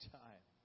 time